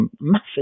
massive